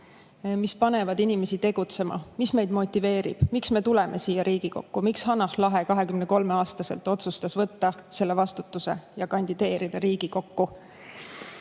mis panevad inimesi tegutsema. Mis neid motiveerib? Miks me tuleme siia Riigikokku? Miks Hanah Lahe 23-aastaselt otsustas võtta selle vastutuse ja kandideerida Riigikokku?